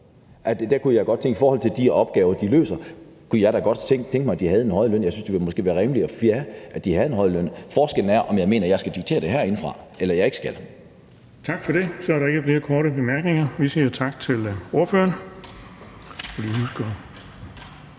I forhold til de opgaver, de løser, kunne jeg da godt selv tænke mig, at de havde en højere løn. Jeg synes måske, det ville være rimeligt, at de havde en højere løn. Forskellen er, om jeg mener, at jeg skal diktere det herindefra, eller at jeg ikke skal det. Kl. 11:17 Den fg. formand (Erling Bonnesen): Tak for det. Så er der ikke flere korte bemærkninger. Vi siger tak til ordføreren.